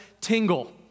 tingle